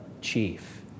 chief